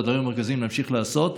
את הדברים המרכזיים נמשיך לעשות.